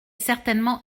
certainement